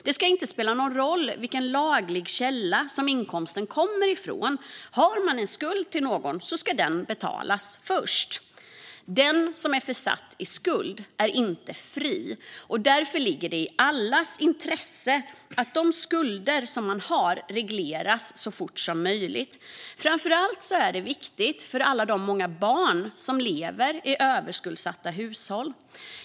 Det ska inte spela någon roll vilken laglig källa som inkomsten kommer ifrån - har man en skuld till någon ska den betalas först. Den som är försatt i skuld är inte fri. Därför ligger det i allas intresse att skulder regleras så fort som möjligt. Framför allt är det viktigt för de många barn som lever i överskuldsatta hushåll.